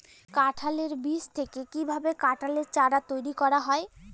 কাঁঠালের বীজ থেকে কীভাবে কাঁঠালের চারা তৈরি করা হয়?